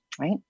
right